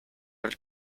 del